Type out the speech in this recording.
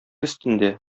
өстендә